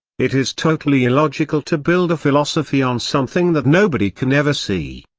it is totally illogical to build a philosophy on something that nobody can ever see.